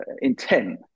intent